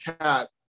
cat